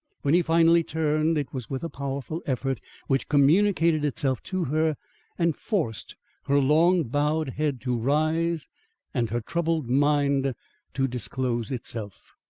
when he finally turned, it was with a powerful effort which communicated itself to her and forced her long-bowed head to rise and her troubled mind to disclose itself.